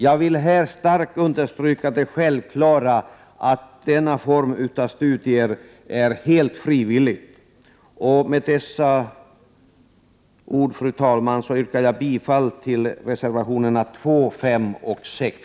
Jag vill här starkt understryka det självklara i att denna form av studier är helt frivillig. Med dessa ord, fru talman, yrkar jag bifall till reservationerna 2, 5 och 6.